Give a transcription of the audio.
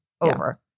over